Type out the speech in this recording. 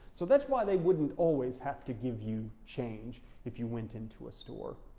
so that's why they wouldn't always have to give you change if you went into a store.